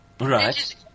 Right